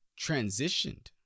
transitioned